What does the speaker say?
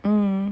mm